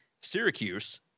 Syracuse